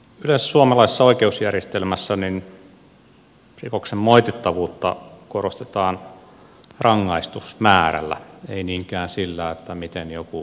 yleensä suomalaisessa oikeusjärjestelmässä rikoksen moitittavuutta korostetaan rangaistusmäärällä ei niinkään sillä miten joku rikos vanhentuu